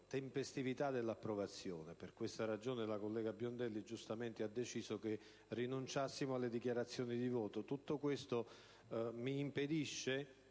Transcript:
tempestività dell'approvazione. Per questa ragione, la collega Biondelli ha giustamente deciso che rinunciassimo a lunghe dichiarazioni di voto. Tutto questo mi impedisce